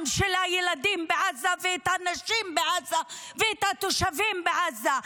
של הילדים בעזה ושל הנשים בעזה ושל התושבים בעזה.